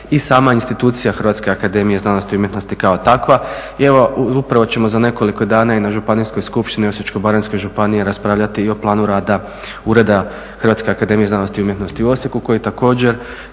i sama institucija Hrvatske akademije znanosti i umjetnosti kao takva. I evo upravo ćemo za nekoliko dana i na Županijskoj skupštini Osječko-baranjske županije raspravljati i o planu rada Ureda Hrvatske akademije znanosti i umjetnosti u Osijeku koji također